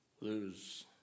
lose